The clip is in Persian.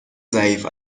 ضعیف